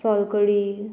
सोलकडी